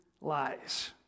lies